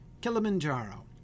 Kilimanjaro